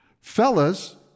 Fellas